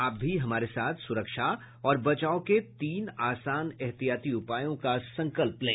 आप भी हमारे साथ सुरक्षा और बचाव के तीन आसान एहतियाती उपायों का संकल्प लें